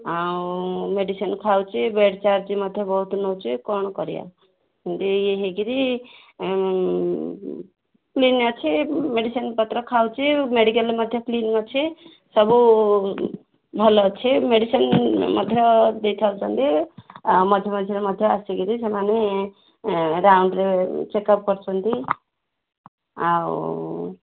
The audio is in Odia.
ଆଉ ମେଡ଼ିସିନ୍ ଖାଉଛି ବେଡ଼ ଚାର୍ଜ ମଧ୍ୟ ବହୁତ ନେଉଛି କ'ଣ କରିବା ଏମିତି ଇଏ ହେଇକିରି କ୍ଲିନ୍ ଅଛି ମେଡ଼ିସିନ୍ ପତ୍ର ଖାଉଛି ମେଡ଼ିକାଲ୍ ମଧ୍ୟ କ୍ଲିନ୍ ଅଛି ସବୁ ଭଲ ଅଛି ମେଡ଼ିସିନ୍ ମଧ୍ୟ ଦେଇ ଥାଉଛନ୍ତି ଆଉ ମଝିରେ ମଝିରେ ମଧ୍ୟ ଆସିକିରି ସେମାନେ ରାଉଣ୍ଡରେ ଚେକ୍ଅପ୍ କରୁଛନ୍ତି ଆଉ